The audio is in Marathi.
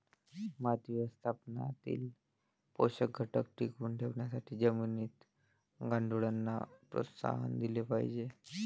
माती व्यवस्थापनातील पोषक घटक टिकवून ठेवण्यासाठी जमिनीत गांडुळांना प्रोत्साहन दिले पाहिजे